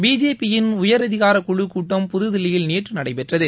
பிஜேபியின் உயரதிகார குழுக்கூட்டம் புதுதில்லியில் நேற்று நடைபெற்றது